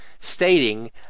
stating